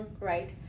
right